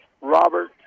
Robert